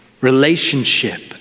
relationship